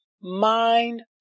mind